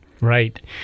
Right